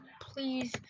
please